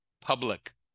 public